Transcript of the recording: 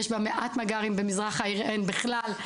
יש בה מעט מג״רים ובמזרח העיר אין בכלל.